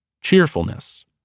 Cheerfulness